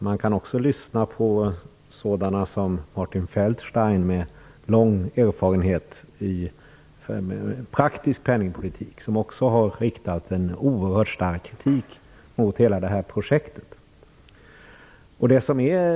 Man kan ju också lyssna på t.ex. Martin Feldstein, som har lång erfarenhet av praktisk penningpolitik och som har riktat oerhört stark kritik mot hela det här projektet.